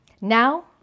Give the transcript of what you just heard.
Now